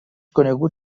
conegut